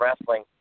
wrestling